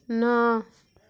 ନଅ